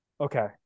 Okay